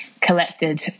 collected